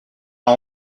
pas